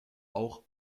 auch